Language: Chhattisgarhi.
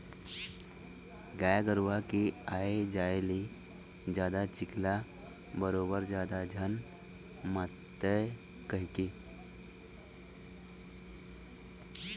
गाय गरूवा के आए जाए ले जादा चिखला बरोबर जादा झन मातय कहिके